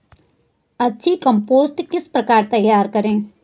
अच्छी कम्पोस्ट किस प्रकार तैयार करें?